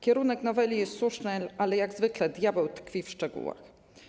Kierunek noweli jest słuszny, ale jak zwykle diabeł tkwi w szczegółach.